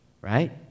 right